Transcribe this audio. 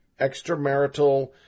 extramarital